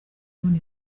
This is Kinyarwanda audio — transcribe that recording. kubona